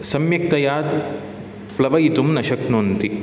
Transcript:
सम्यक्तया प्लवयितुं न शक्नुवन्ति